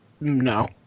no